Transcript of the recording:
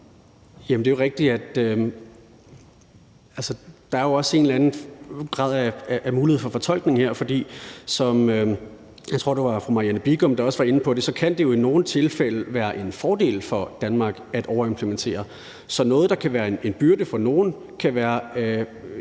Der er jo også en eller anden grad af mulighed for fortolkning her, for som, jeg tror, det var fru Marianne Bigum også var inde på, kan det jo i nogle tilfælde være en fordel for Danmark at overimplementere. Så noget, der kan være en byrde for nogle, kan være